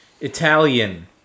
Italian